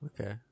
Okay